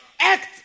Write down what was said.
act